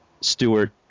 stewart